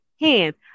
hands